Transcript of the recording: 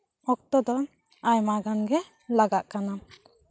ᱚᱠᱛᱚ ᱫᱚ ᱟᱭᱢᱟ ᱜᱟᱱ ᱜᱮ ᱞᱟᱜᱟᱜ ᱠᱟᱱᱟ